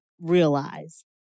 realize